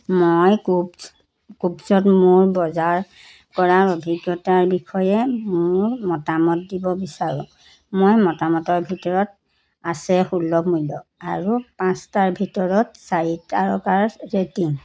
মই কুভছ্ত মোৰ বজাৰ কৰাৰ অভিজ্ঞতাৰ বিষয়ে মোৰ মতামত দিব বিচাৰোঁ মোৰ মতামতৰ ভিতৰত আছে সুলভ মূল্য আৰু পাঁচটাৰ ভিতৰত চাৰি তাৰকাৰ ৰেটিং